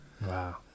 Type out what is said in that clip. Wow